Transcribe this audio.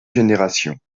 génération